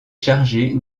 chargée